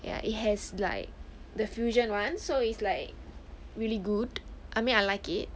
ya it has like the fusion [one] so it's like really good I mean I like it